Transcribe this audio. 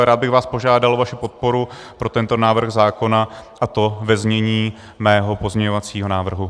Rád bych vás požádal o podporu pro tento návrh zákona, a to ve znění mého pozměňovacího návrhu.